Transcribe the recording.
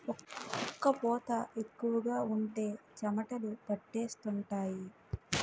ఒక్క పూత ఎక్కువగా ఉంటే చెమటలు పట్టేస్తుంటాయి